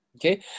Okay